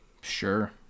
Sure